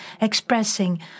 expressing